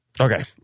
Okay